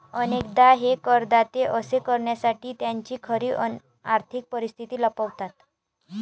अनेकदा हे करदाते असे करण्यासाठी त्यांची खरी आर्थिक परिस्थिती लपवतात